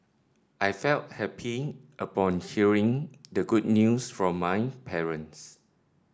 I felt happy upon hearing the good news from my parents